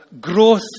growth